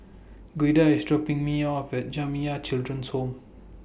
Gilda IS dropping Me off At Jamiyah Children's Home